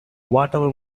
whatever